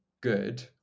good